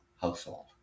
household